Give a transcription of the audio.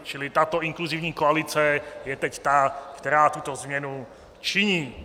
Čili tato inkluzivní koalice je teď ta, která tuto změnu činí.